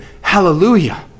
Hallelujah